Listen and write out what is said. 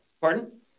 Pardon